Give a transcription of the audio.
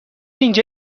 اینجا